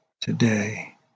today